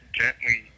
gently